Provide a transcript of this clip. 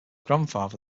grandfather